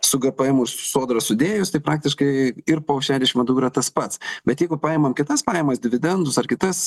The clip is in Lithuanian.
su gėpėemu ir su sodra sudėjus tai praktiškai ir po šešdešim vdu yra tas pats bet jeigu paimam kitas pajamas dividendus ar kitas